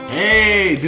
a